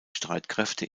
streitkräfte